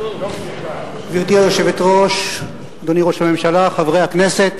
גברתי היושבת-ראש, אדוני ראש הממשלה, חברי הכנסת,